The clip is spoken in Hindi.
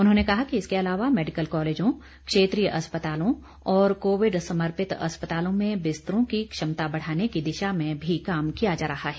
उन्होंने कहा कि इसके अलावा मेडिकल कॉलेजों क्षेत्रीय अस्पतालों और कोविड समर्पित अस्पतालों में बिस्तरों की क्षमता बढ़ाने की दिशा में भी काम किया जा रहा है